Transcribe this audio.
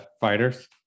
fighters